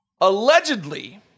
Allegedly